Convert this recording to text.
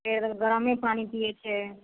गरमे पानि पियै छै